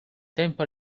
tempo